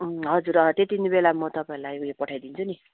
उम् हजुर त्यति नै बेला म तपाईँलाई उयो पठाइदिन्छु नि